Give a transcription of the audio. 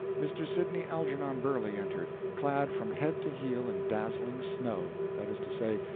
mr. sidney algernon burley entered, clad from head to heel in dazzling snow that is to say,